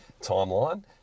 timeline